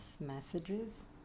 messages